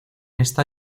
esta